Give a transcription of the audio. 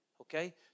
Okay